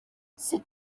sit